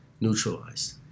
neutralized